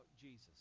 Jesus